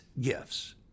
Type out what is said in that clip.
gifts